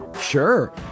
Sure